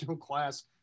class